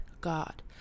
God